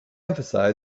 emphasized